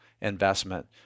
investment